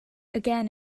again